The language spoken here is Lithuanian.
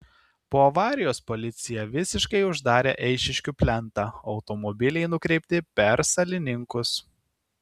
po avarijos policija visiškai uždarė eišiškių plentą automobiliai nukreipti per salininkus